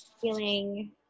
feeling